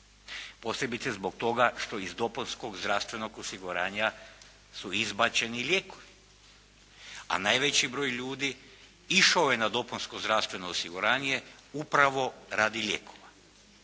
posebice zbog toga što iz dopunskog zdravstvenog osiguranja su izbačeni lijekovi a najveći broj ljudi išao je na dopunsko zdravstveno osiguranje upravo radi lijekova.